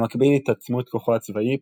במקביל להתעצמות כוחו הצבאי,